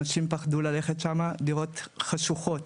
אנשים פחדו ללכת שם, דירות חשוכות.